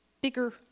bigger